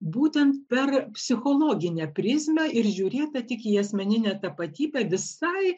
būtent per psichologinę prizmę ir žiūrėta tik į asmeninę tapatybę visai